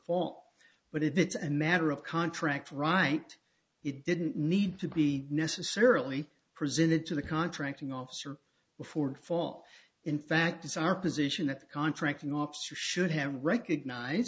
fall but if it's a matter of contract right it didn't need to be necessarily presented to the contracting officer before fall in fact it's our position that contracting officer should have recognize